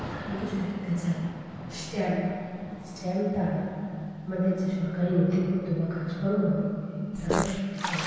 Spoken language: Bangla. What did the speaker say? এখানে কিচু শিকতে চাই স্ট্যাম্প স্ট্যাম্প তারা আমাদের যে সরকারের নথিপত্ত বা কাজকর্ম হয় তাও শিখতে চাই